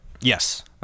Yes